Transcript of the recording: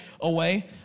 away